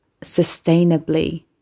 sustainably